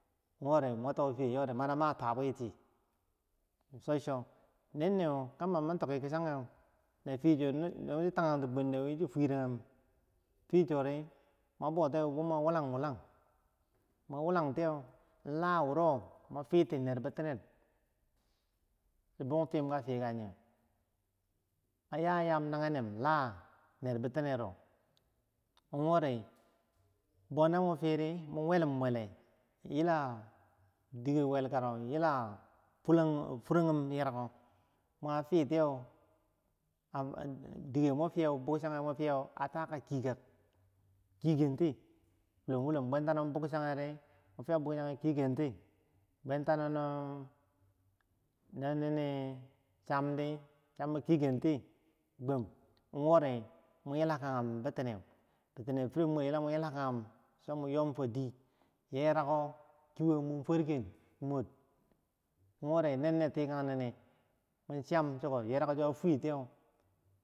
Wori muwan to fiye chirori mani a ma tuwa biti, nen- neu, kambau mi tiki kichan nyeu no tanti bwendowi, fora gum fiye chori, mwa bautiyeu mwa, wular wulang, mula wulangtiyeu la wuro mwa fiti ner bitenereu ya yam n nyenek la ner bitiner wori baunamu firi, we lum- wele, diker welkako, yila forangum yeraku, diko muwa fitiuar bukchaye a taka kikak kwe- kenti wolom wolom bwentano, bukchayendi mu wa fiya bukchanyue kuiee kenti wolom wolom, bwenta no chamdi, kwe- kenti wolom wolom, bitineu mureu, mun yila ka ngum mur, wori nennee, tikang ne- na, mun chiyam chiko, yerako chiro fitiyeu.